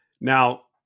Now